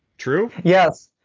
true? yes.